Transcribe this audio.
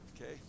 okay